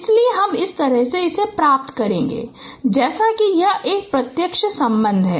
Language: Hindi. इसलिए हम इस तरह से प्राप्त करेगें जैसे कि यह प्रत्यक्ष संबंध है